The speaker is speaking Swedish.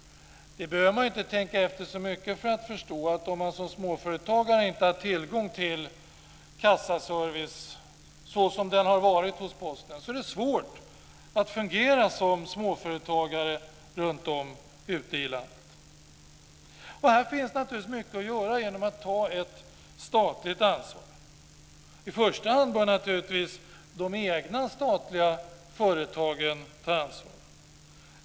Vi behöver inte tänka efter så mycket för att förstå att om man som småföretagare inte har tillgång till kassaservice, så som den har varit hos Posten, är det svårt att fungera som småföretagare runtom i landet. Här finns naturligtvis mycket att göra genom att ta ett statligt ansvar. I första hand bör naturligtvis de egna statliga företagen ta ansvar.